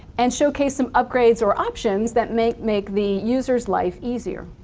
and showcase some upgrades or options that may make the user's life easier.